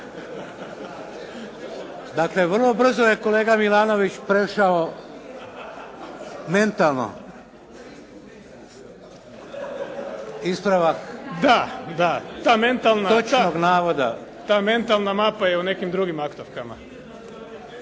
Dakle, vrlo brzo je kolega Milanović prešao mentalno. Ispravak. **Milanović, Zoran (SDP)** Da, da. Mentalno da. Ta mentalna mapa je u nekim drugim aktovkama.